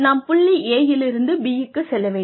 நாம் புள்ளி A யிலிருந்து B க்கு செல்ல வேண்டும்